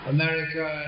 America